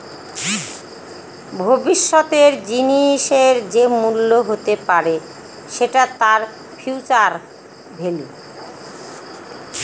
ভবিষ্যতের জিনিসের যে মূল্য হতে পারে সেটা তার ফিউচার ভেল্যু